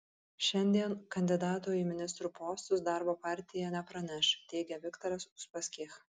šiandien kandidatų į ministrų postus darbo partija nepraneš teigia viktoras uspaskich